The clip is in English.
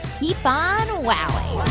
keep on wowing